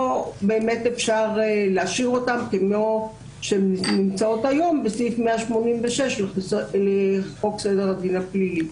אפשר להשאיר אותן כפי שהן כיום בסעיף 186 לחוק סדר הדין הפלילי.